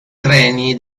treni